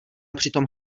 přitom